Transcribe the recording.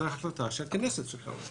אלא החלטה שהכנסת צריכה לקבל.